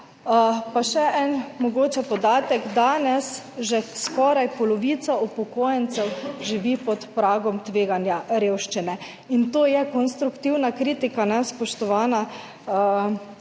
Pa še mogoče en podatek, danes že skoraj polovica upokojencev živi pod pragom tveganja revščine in to je konstruktivna kritika, spoštovana kolegica